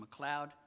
McLeod